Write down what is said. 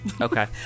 Okay